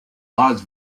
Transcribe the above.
laws